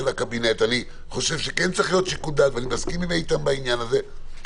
אני חושב שכן צריך להיות שיקול דעת ואני מסכים עם איתן בעניין הזה.